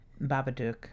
Babadook